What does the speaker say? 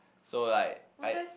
so like I